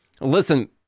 listen